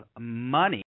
money